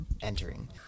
entering